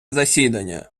засідання